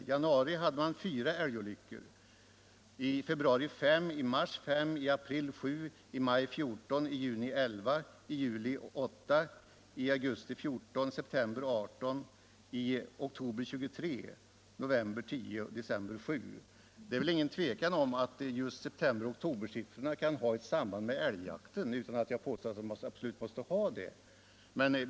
I januari hade man 4 älgolyckor, i februari 5, i mars 5, i april 7, i maj 14, i juni 11, i juli 8, i augusti 14, i september 18, i oktober 23, i november 10 och i december 7. Det är väl ingen tvekan om att just septemberoch oktobersiffrorna kan ha samband med älgjakten, utan att jag påstår att det absolut måste vara så.